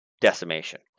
decimation